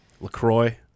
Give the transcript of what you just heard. LaCroix